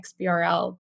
XBRL